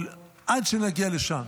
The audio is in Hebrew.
אבל עד שנגיע לשם,